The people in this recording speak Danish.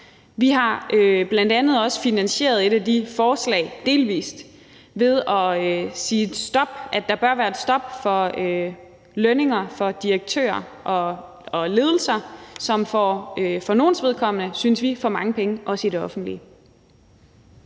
Vi har bl.a. også finansieret et af de forslag delvist ved at sige, at der bør være et stop for lønninger for direktører og ledelser, som for nogles vedkommende – synes vi – får for mange penge, også i det offentlige.